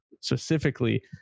specifically